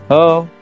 Hello